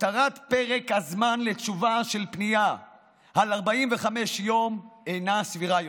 הותרת פרק הזמן לתשובה על פנייה על 45 יום אינה סבירה יותר.